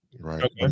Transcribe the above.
right